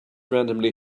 randomly